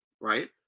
right